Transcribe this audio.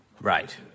Right